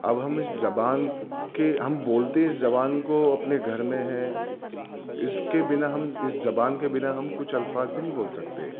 اب ہم اس زبان کے ہم بولتے اس زبان کو اپنے گھر میں ہیں اس کے بنا ہم اس زبان کے بنا ہم کچھ الفاظ بھی نہیں بول سکتے